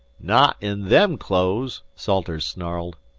not in them clothes, salters snarled.